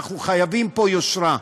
אנחנו חייבים פה יושרה,